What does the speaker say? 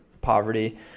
poverty